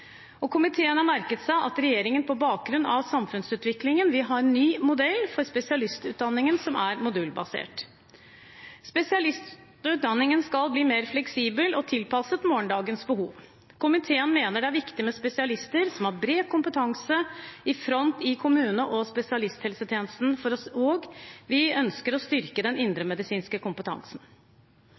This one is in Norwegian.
Komiteen har merket seg at regjeringen på bakgrunn av samfunnsutviklingen vil ha en ny, modulbasert modell for spesialistutdanningen. Spesialistutdanningen skal bli mer fleksibel og tilpasset morgendagens behov. Komiteen mener det er viktig med spesialister som har bred kompetanse i front i kommunene og spesialisthelsetjenesten, og vi ønsker å styrke den indremedisinske kompetansen.